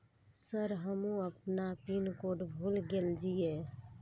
Sir हमू अपना pin code भूल गेल जीये?